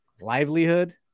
livelihood